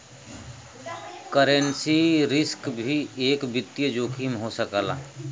currency risk भी एक वित्तीय जोखिम हो सकला